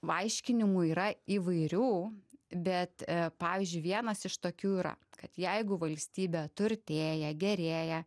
paaiškinimų yra įvairių bet pavyzdžiui vienas iš tokių yra kad jeigu valstybė turtėja gerėja